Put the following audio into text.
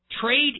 trade